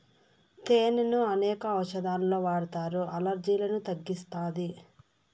తేనెను అనేక ఔషదాలలో వాడతారు, అలర్జీలను తగ్గిస్తాది